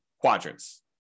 quadrants